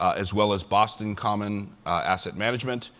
as well as boston common asset management,